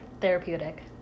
therapeutic